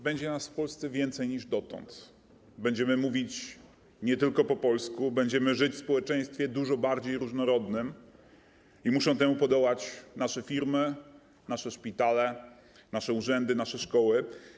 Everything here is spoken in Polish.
Będzie nas w Polsce więcej niż dotąd, będziemy mówić nie tylko po polsku, będziemy żyć w społeczeństwie dużo bardziej różnorodnym i muszą temu podołać nasze firmy, nasze szpitale, nasze urzędy, nasze szkoły.